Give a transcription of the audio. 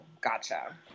gotcha